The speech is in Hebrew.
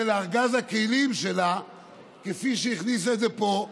לארגז הכלים שלה כפי שהכניסה את זה פה,